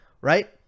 right